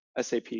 SAP